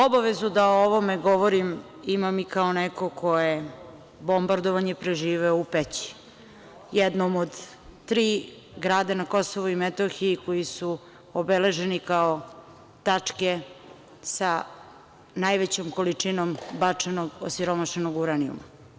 Obavezu da o ovome govorim imam i kao neko ko je bombardovanje preživeo u Peći, jednom od tri grada na Kosovu i Metohiji koji su obeleženi kao tačke sa najvećom količinom bačenog osiromašenog uranijuma.